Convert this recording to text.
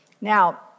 Now